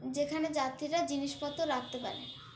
যেখানে যাত্রীরা জিনিসপত্র রাখতে পারে